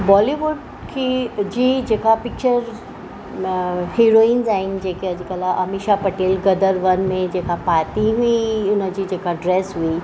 बॉलीवुड खे जी जेका पिकिचर म हीरोइंस आहिनि जेके अॼुकल्ह अमीषा पटेल ग़दर वन में जेका पाती हुई हुनजी जेका ड्रेस हुई